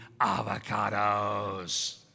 avocados